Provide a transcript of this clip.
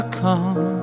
come